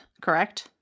correct